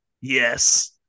Yes